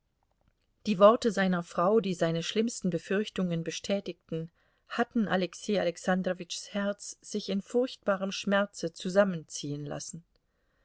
die worte seiner frau die seine schlimmsten befürchtungen bestätigten hatten alexei alexandrowitschs herz sich in furchtbarem schmerze zusammenziehen lassen